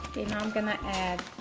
i'm gonna add